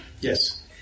Yes